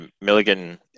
Milligan